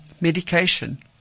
medication